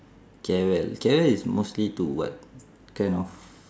carewell carewell is mostly to what kind of